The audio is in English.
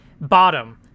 Bottom